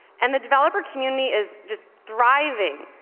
and the developer community is just thriving.